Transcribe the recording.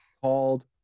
called